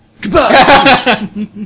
goodbye